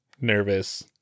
nervous